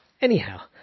anyhow